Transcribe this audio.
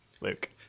Luke